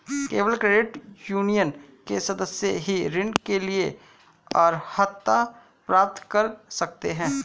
केवल credit union के सदस्य ही ऋण के लिए अर्हता प्राप्त कर सकते हैं